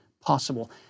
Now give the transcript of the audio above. possible